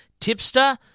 tipster